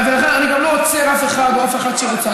אני גם לא עוצר אף אחד או אף אחת שרוצה.